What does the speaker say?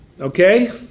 okay